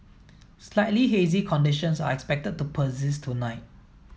slightly hazy conditions are expected to persist tonight